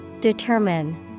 Determine